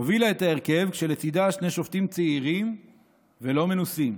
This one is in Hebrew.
הובילה את ההרכב ולצידה שני שופטים צעירים ולא מנוסים,